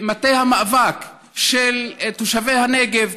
מטה המאבק של תושבי הנגב,